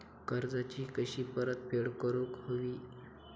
कर्जाची कशी परतफेड करूक हवी?